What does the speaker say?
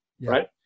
right